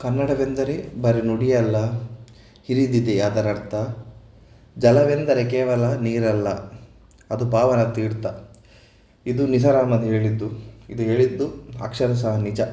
ಕನ್ನಡವೆಂದರೆ ಬರಿ ನುಡಿಯಲ್ಲ ಹಿರಿದಿದೆ ಅದರರ್ಥ ಜಲವೆಂದರೆ ಕೇವಲ ನೀರಲ್ಲ ಅದು ಪಾವನ ತೀರ್ಥ ಇದು ನಿಸಾರ್ ಅಹಮದ್ ಹೇಳಿದ್ದು ಇದು ಹೇಳಿದ್ದು ಅಕ್ಷರಶಃ ನಿಜ